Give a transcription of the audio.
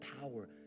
power